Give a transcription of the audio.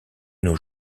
nos